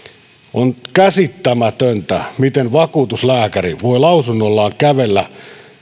on käsittämätöntä miten vakuutuslääkäri voi lausunnollaan kävellä